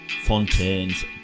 Fontaine's